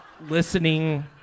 listening